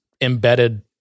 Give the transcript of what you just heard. embedded